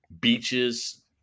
beaches